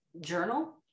journal